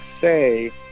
say